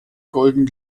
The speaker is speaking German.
golden